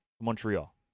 Montreal